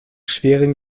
schweren